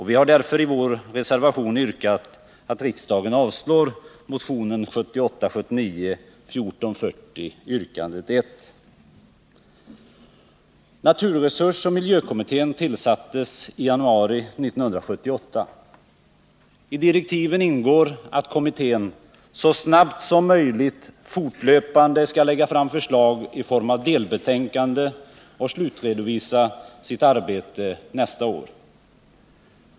Vi har därför i vår reservation yrkat att riksdagen avslår motionen 1978/79:1440, yrkande 1. Naturresursoch miljökommittén tillsattes i januari 1978. I direktiven ingår att kommittén så snabbt som möjligt fortlöpande skall lägga fram förslag i form av delbetänkanden och slutredovisa sitt arbete nästa år.